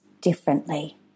differently